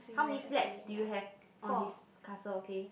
how many flats do you have on this castle okay